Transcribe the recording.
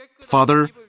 Father